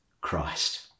Christ